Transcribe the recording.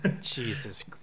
Jesus